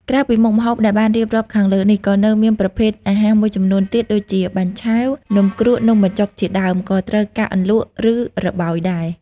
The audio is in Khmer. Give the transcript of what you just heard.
ក្រៅពីមុខម្ហូបដែលបានរៀបរាប់ខាងលើនេះ ក៏នៅមានប្រភេទអាហារមួយចំនួនទៀត ដូចជា បាញ់ឆែវ នំគ្រក់ នំបញ្ជុក ជាដើម ក៏ត្រូវការអន្លក់ ឬរបោយដែរ។